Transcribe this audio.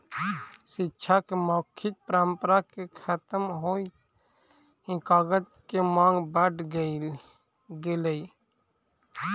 शिक्षा के मौखिक परम्परा के खत्म होइत ही कागज के माँग बढ़ गेलइ